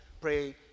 pray